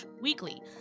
weekly